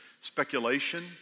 speculation